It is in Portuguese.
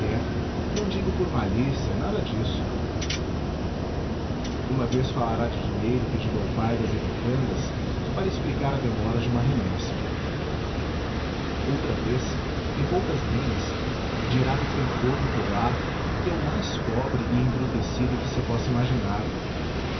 não digo por malícia nada disso uma vez falará de dinheiro pedido ao pai das educandas para explicar a demora de uma remessa outra vez em poucas linhas dirá do campônio polaco que é o mais pobre e embrutecido que se possa imaginar